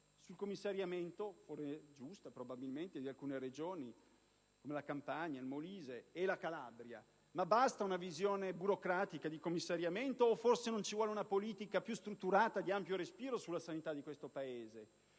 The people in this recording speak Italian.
sul commissariamento, probabilmente giusto in alcune Regioni come la Campania, il Molise e la Calabria. Ma basta una visione burocratica di commissariamento o non ci vuole forse una politica più strutturata, di ampio respiro per la sanità di questo Paese?